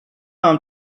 mam